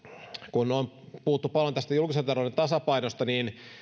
kun on puhuttu paljon tästä julkisen talouden tasapainosta että